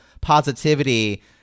positivity